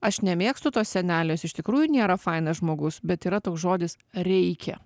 aš nemėgstu tos senelės iš tikrųjų nėra fainas žmogus bet yra toks žodis reikia